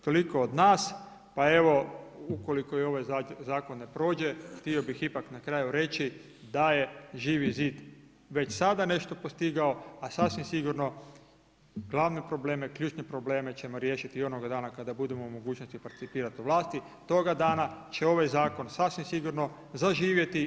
Toliko od nas, pa evo ukoliko i ovaj zakon ne prođe htio bih ipak na kraju reći da je Živi zid već sada nešto postigao a sasvim sigurno glavne probleme, ključne probleme ćemo riješiti i onoga dana kada budemo u mogućnosti ... u vlasti, toga dana će ovaj zakon sasvim sigurno zaživjeti.